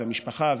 המשפחה,